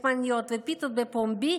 לחמניות ופיתות בפומבי,